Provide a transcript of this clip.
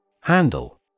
Handle